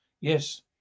Yes